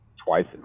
twice